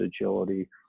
agility